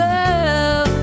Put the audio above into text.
Love